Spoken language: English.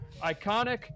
ICONIC